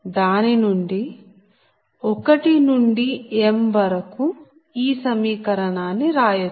దాని నుండి 1 నుండి m వరకు ఈ సమీకరణాన్ని రాయచ్చు